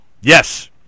Yes